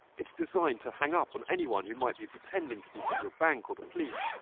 it's designed to hang up on anyone who might be pretending to be from your bank or the police,